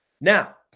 Now